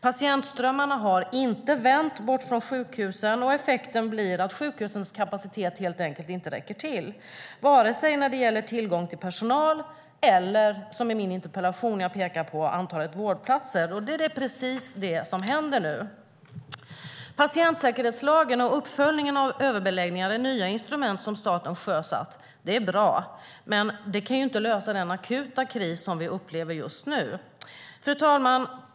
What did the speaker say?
Patientströmmarna har inte vänt bort från sjukhusen. Effekten blir att sjukhusens kapacitet helt enkelt inte räcker till vare sig när det gäller tillgången till personal eller när det gäller, som jag pekar på i min interpellation, antalet vårdplatser. Det är precis det som händer nu. Patientsäkerhetslagen och uppföljningen av överbeläggningar, det nya instrument som staten sjösatt, är bra, men det kan inte lösa den akuta kris som vi upplever just nu. Fru talman!